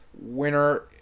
Winner